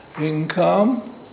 income